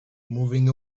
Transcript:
moving